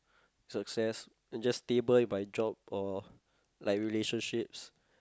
success and just stable in my job or like relationships